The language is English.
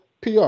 PR